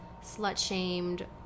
slut-shamed